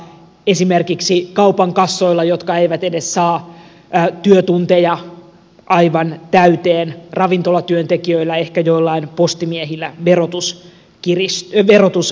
esimerkiksi kaupan kassoilla jotka eivät edes saa työtunteja aivan täyteen ravintolatyöntekijöillä ehkä joillain postimiehillä verotus kevenee